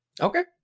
Okay